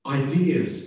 ideas